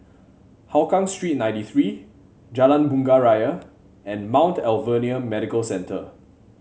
Hougang Street ninety three Jalan Bunga Raya and Mount Alvernia Medical Centre